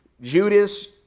Judas